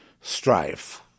strife